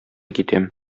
китәм